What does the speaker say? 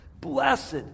Blessed